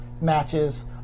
matches